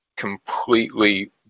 Completely